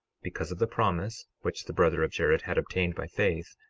because of the promise which the brother of jared had obtained by faith,